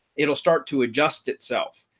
it'll start to adjust itself,